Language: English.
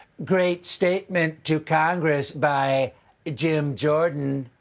great statement to congress by jim jordan.